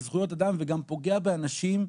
אבל צריך שגם יעזרו למטפלים.